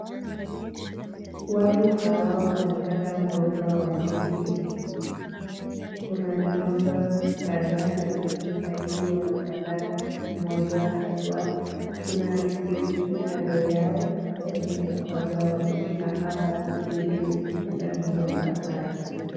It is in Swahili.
Watu hawa wanapanda Mgomba wa ndizi, kuna migomba kadhaa lakini sahii wanapanda moja haswa. Kuna pikipiki kando yao kuonyesha kwamba wamefika hapa ili tuu kupanda migomba haya.